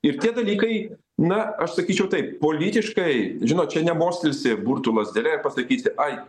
ir tie dalykai na aš sakyčiau taip politiškai žinot čia nemostelsi burtų lazdele ir pasakysi ai